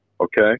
Okay